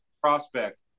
prospect